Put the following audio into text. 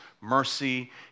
mercy